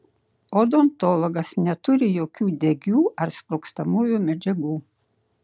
odontologas neturi jokių degių ar sprogstamųjų medžiagų